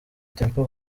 temple